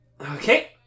Okay